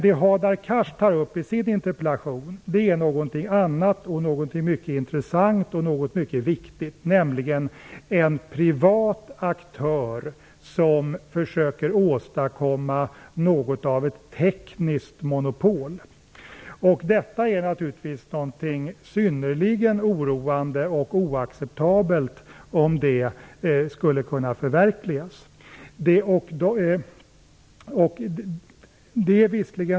Det Hadar Cars tar upp i sin interpellation är någonting annat, någonting mycket intressant och någonting mycket viktigt, nämligen en privat aktör som försöker åstadkomma något av ett tekniskt monopol. Detta är naturligtvis någonting synnerligen oroande och oacceptabelt, om det skulle kunna förverkligas.